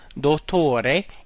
dottore